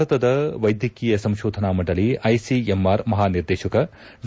ಭಾರತದ ವೈದ್ಯಕೀಯ ಸಂಶೋಧನಾ ಮಂಡಳಿ ಐಸಿಎಂಆರ್ ಮಹಾನಿರ್ದೇಶಕ ಡಾ